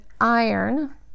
iron